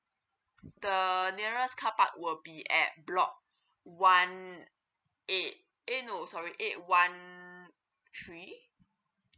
the nearest carpark were be at block one eight eh no sorry eight one three